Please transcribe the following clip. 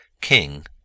King